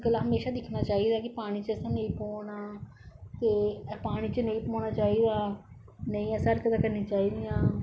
हमेशा दिक्खना चाहिदा कि पानी च असें नेईं पौना ते पानी च नेईं पौना चाहिदा नेईं असें हरकतां करनी चाहिदयां